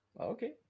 Okay